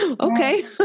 Okay